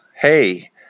hey